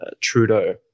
Trudeau